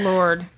Lord